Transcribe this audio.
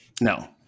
No